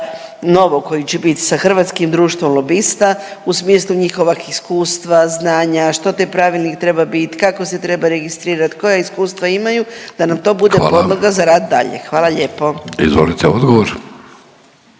novog koji će bit sa Hrvatskim društvom lobista u smislu njihova iskustva, znanja, što taj pravilnik treba bit, kako se treba registrirat, koja iskustva imaju da nam to bude podloga …/Upadica Vidović: Hvala vam./… za rad dalje.